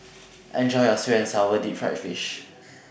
Enjoy your Sweet and Sour Deep Fried Fish